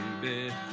baby